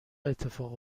اتفاق